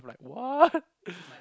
like what